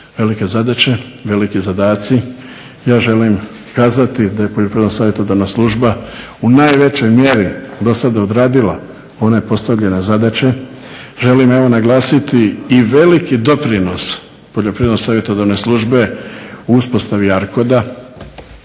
velike zadaće, veliki zadaci. Ja želim kazati da je Poljoprivredna savjetodavna služba u najvećoj mjeri do sada odradila one postavljene zadaće. Želim naglasiti i veliki doprinos Poljoprivredne savjetodavne službe u uspostavi ARCOD-a